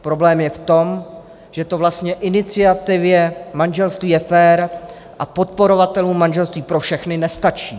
Problém je v tom, že to iniciativě Manželství je fér a podporovatelům manželství pro všechny nestačí.